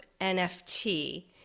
NFT